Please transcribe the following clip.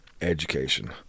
education